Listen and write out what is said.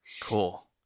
Cool